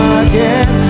again